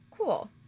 Cool